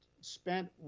spent